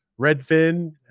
Redfin